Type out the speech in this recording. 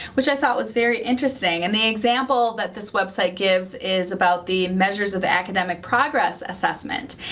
which i thought was very interesting. and the example that this website gives is about the measures of academic progress assessment.